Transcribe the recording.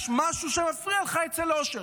יש משהו שמפריע לך אצל אושר,